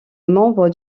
membre